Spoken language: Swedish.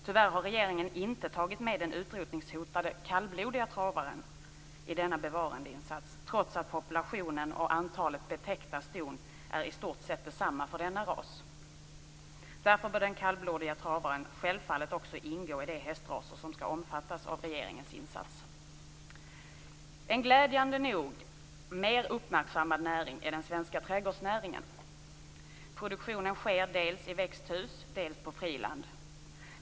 Tyvärr har regeringen inte tagit med den utrotningshotade kallblodiga travaren i denna bevarandeinsats, trots att populationen och antalet betäckta ston är i stort sett detsamma för denna ras. Därför bör den kallblodiga travaren självfallet också ingå i de hästraser som skall omfattas av regeringens insats. En glädjande nog mer uppmärksammad näring är den svenska trädgårdsnäringen. Produktionen sker dels i växthus, dels på friland.